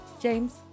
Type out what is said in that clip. James